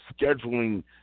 scheduling